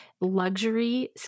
luxury